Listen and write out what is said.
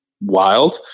wild